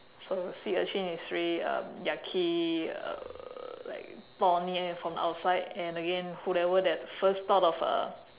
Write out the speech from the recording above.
so sea urchin is really um yucky uh like thorny and from the outside and again whoever that first thought of uh